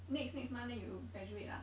next next month then you graduate ah